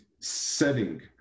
setting